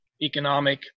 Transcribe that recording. economic